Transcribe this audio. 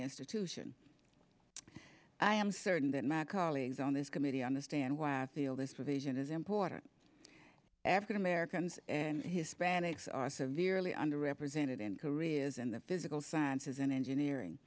institution i am certain that my colleagues on this committee understand why i feel this with asian is important african americans and hispanics are severely under represented in careers in the physical sciences and engineering